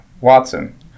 Watson